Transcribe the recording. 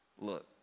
Look